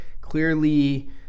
clearly